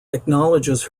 acknowledges